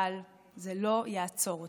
אבל זה לא יעצור אותי.